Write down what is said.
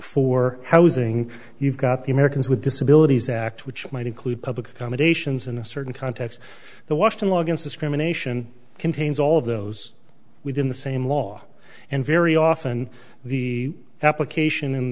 for housing you've got the americans with disabilities act which might include public accommodations in a certain context the washington law against this criminal nation contains all of those within the same law and very often the application